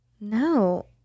No